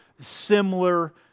Similar